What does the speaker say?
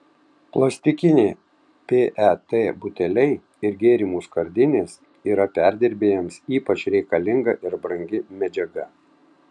plastikiniai pet buteliai ir gėrimų skardinės yra perdirbėjams ypač reikalinga ir brangi medžiaga